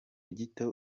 gito